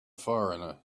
foreigner